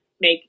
make